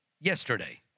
Yesterday